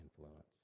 influence